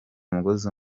umugozi